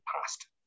past